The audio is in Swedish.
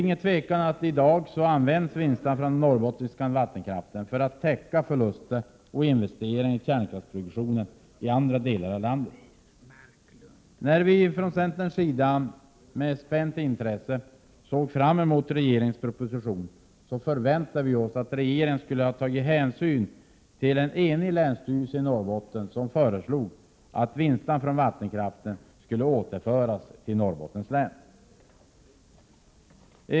Utan tvivel används vinsterna från den norrbottniska vattenkraften i dag för att täcka förluster och investeringar i kärnkraftsproduktionen i andra delar av landet. När vi i centern med spänt intresse såg fram emot regeringens proposition, förväntade vi oss att regeringen skulle ha tagit hänsyn till en enig länsstyrelse i Norrbotten, som hade föreslagit att vinsterna från vattenkraften skulle återföras till Norrbottens län.